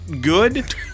good